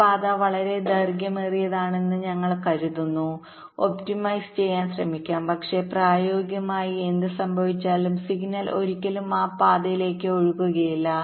ഈ പാത വളരെ ദൈർഘ്യമേറിയതാണെന്ന് ഞങ്ങൾ കരുതുന്നു ഒപ്റ്റിമൈസ് ചെയ്യാൻ ശ്രമിക്കാം പക്ഷേ പ്രായോഗികമായി എന്ത് സംഭവിച്ചാലും സിഗ്നൽ ഒരിക്കലും ആ പാതയിലേക്ക് ഒഴുകുകയില്ല